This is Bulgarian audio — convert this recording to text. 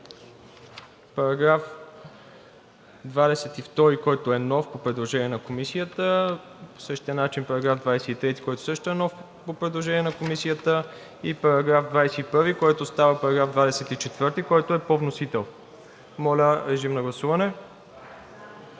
§ 21; § 22, който е нов, по предложение на Комисията; по същия начин § 23, който също е нов, по предложение на Комисията; и § 21, който става § 24, който е по вносител. Моля, режим на гласуване.